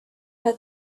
had